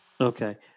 Okay